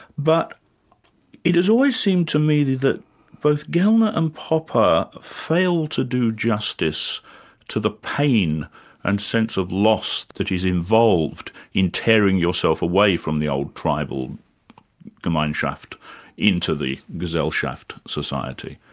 but it has always seemed to me that both gellner and popper failed to do justice to the pain and sense of loss that is involved in tearing yourself away from the old tribal gemeinschaft into the gesellschaft society.